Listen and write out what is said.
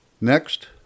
Next